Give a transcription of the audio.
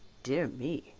dear me,